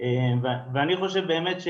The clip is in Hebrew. ואני חושב באמת,